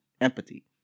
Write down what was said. empathy